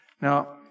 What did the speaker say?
Now